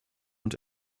und